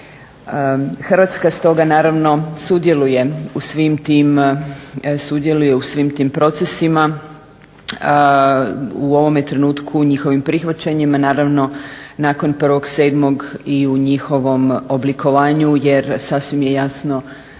Hrvatska stoga naravno sudjeluje u svim tim procesima, u ovome trenutku u njihovim prihvaćanjima, naravno nakon 1.7. i u njihovom oblikovanju jer sasvim je jasno